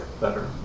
better